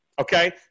Okay